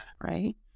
right